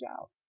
out